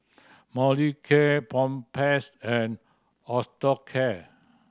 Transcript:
Molicare Propass and Osteocare